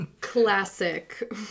Classic